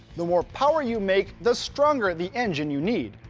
the more power you make the stronger the engine you need.